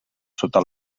sota